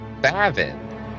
Bavin